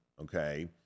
okay